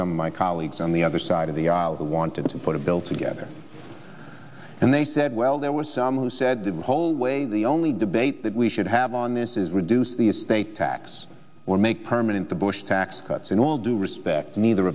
some my colleagues on the other side of the aisle the wanted to put a bill together and they said well there were some who said the whole way the only debate that we should have on this is reduce the estate tax or make permanent the bush tax cuts in all due respect neither